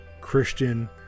christian